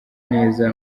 neza